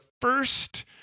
first